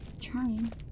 Trying